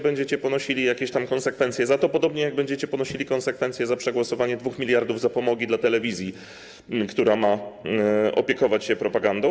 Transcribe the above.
Będziecie ponosili jakieś tam konsekwencje za to, podobnie jak będziecie ponosili konsekwencje za przegłosowanie 2 mld zapomogli dla telewizji, która ma opiekować się propagandą.